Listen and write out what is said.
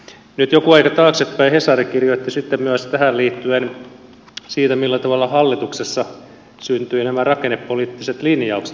nyt joku aika taaksepäin hesari kirjoitti tähän liittyen siitä millä tavalla hallituksessa syntyivät nämä rakennepoliittiset linjaukset